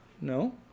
no